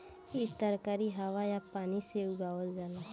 इ तरकारी हवा आ पानी से उगावल जाला